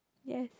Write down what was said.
yes